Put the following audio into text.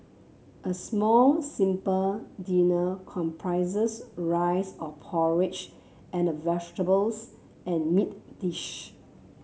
a small simple dinner comprising rice or porridge and a vegetables and meat dish